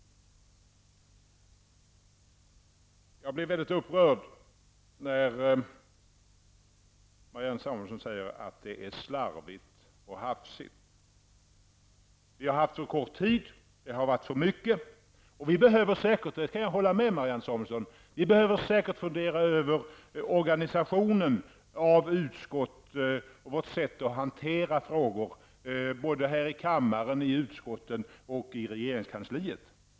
Jag blev mycket upprörd när Marianne Samuelsson sade att detta arbete har utförts slarvigt och hafsigt. Vi har haft för kort tid, och det har varit för mycket att behandla. Vi behöver säkert, där kan jag hålla med Marianne Samuelsson, fundera över organisationen av utskottet och vårt sätt att hantera frågor både här i kammaren, i utskotten och i regeringskansliet.